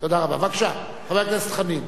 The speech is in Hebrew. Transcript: בבקשה, חבר הכנסת חנין.